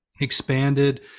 expanded